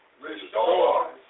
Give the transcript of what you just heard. Restore